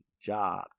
job